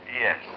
Yes